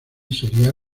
sería